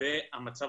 והמצב